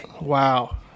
Wow